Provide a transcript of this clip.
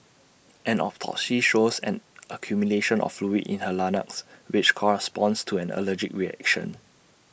an autopsy shows an accumulation of fluid in her larynx which corresponds to an allergic reaction